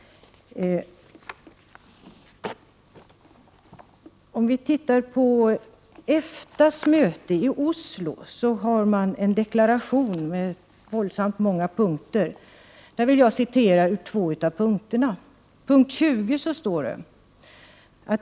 Vid EFTA:s möte i Oslo avgavs en deklaration med många punkter. Jag vill citera ur två av dem. "20.